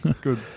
Good